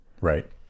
right